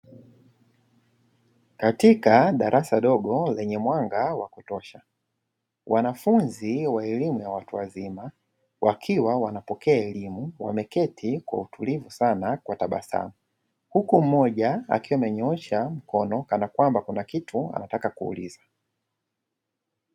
Katika darasa dogo lenye mwanga wa kutosha wanafunzi wa elimu ya watu wazima wakiwa wanapokea elimu. Wameketi kwa utulivu na tabasamu huku mmoja akiwa amenyoosha mkono kanakwamba kuna kitu anataka kuuliza.